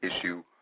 issue